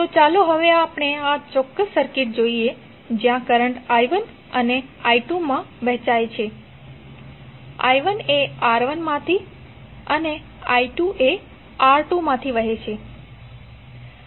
તો ચાલો હવે આપણે આ ચોક્કસ સર્કિટ જોઈએ જ્યાં કરંટ i1 અને i2 માં વહેંચાય છે i1એ R1 માથી વહે છે અને i2 એ R2 માથી વહે છે